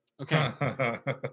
Okay